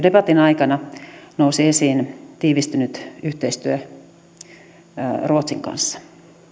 debatin aikana nousi esiin tiivistynyt yhteistyö ruotsin kanssa